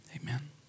Amen